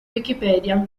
wikipedia